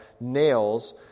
nails